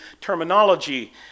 terminology